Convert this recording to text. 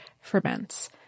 ferments